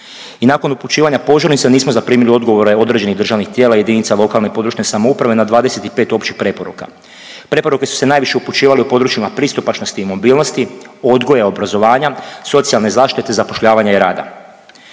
I nakon upućivanja požurnice nismo zaprimili odgovore određenih državnih tijela i jedinica lokalne i područne samouprave na 25 općih preporuka. Preporuke su se najviše upućivale u područjima pristupačnosti i mobilnosti, odgoja i obrazovanja, socijalne zaštite, zapošljavanja i rada.